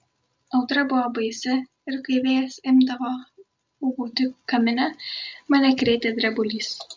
audra buvo baisi ir kai vėjas imdavo ūbauti kamine mane krėtė drebulys